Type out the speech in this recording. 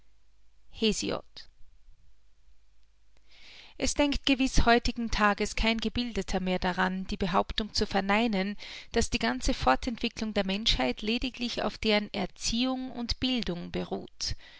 es denkt gewiß heutigen tages kein gebildeter mehr daran die behauptung zu verneinen daß die ganze fortentwicklung der menschheit leidiglich auf deren erziehung und bildung beruht